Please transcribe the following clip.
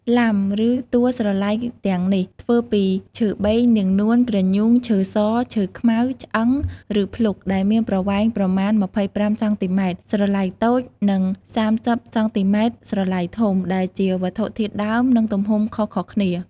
“លាំ” ឬតួស្រឡៃទាំងនេះ ធ្វើពីឈើបេង នាងនួន ក្រញូង ឈើស ឈើខ្មៅ ឆ្អឹង ឬភ្លុក ដែលមានប្រវែងប្រមាណ ២៥ សង់ទីម៉ែត្រ ស្រឡៃតូច និង ៣០ សង់ទីម៉ែត្រ ស្រឡៃធំ ដែលជាវត្ថុធាតុដើម និងទំហំខុសៗគ្នា។